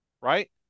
right